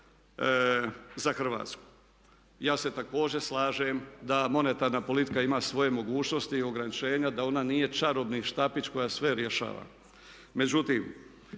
za Hrvatsku? Ja se također slažem da monetarna politika ima svoje mogućnosti, ograničenja, da ona nije čarobni štapić koja sve rješava.